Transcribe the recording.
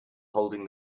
holding